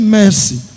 mercy